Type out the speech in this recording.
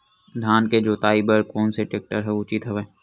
धान के जोताई बर कोन से टेक्टर ह उचित हवय?